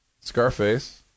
Scarface